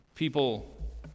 People